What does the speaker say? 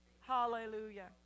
Hallelujah